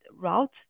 route